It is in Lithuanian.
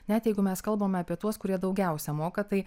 net jeigu mes kalbame apie tuos kurie daugiausia moka tai